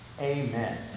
Amen